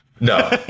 No